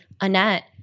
Annette